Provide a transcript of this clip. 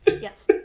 Yes